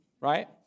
right